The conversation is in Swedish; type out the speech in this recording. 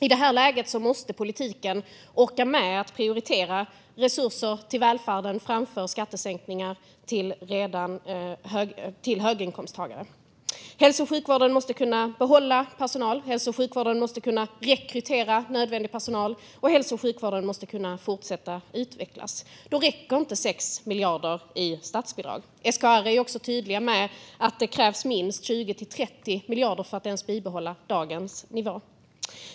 I det här läget måste politiken orka med att prioritera resurser till välfärden framför skattesänkningar till höginkomsttagare. Hälso och sjukvården måste kunna behålla personal. Hälso och sjukvården måste kunna rekrytera nödvändig personal, och hälso och sjukvården måste kunna fortsätta att utvecklas. Då räcker inte 6 miljarder i statsbidrag. SKR är också tydligt med att det krävs minst 20-30 miljarder för att ens bibehålla dagens nivå.